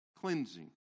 cleansing